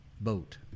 boat